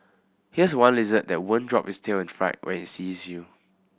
here's one lizard that won't drop its tail in fright when it sees you